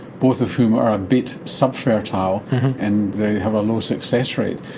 both of whom are a bit sub-fertile and they have a low success rate.